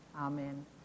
Amen